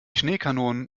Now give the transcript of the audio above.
schneekanonen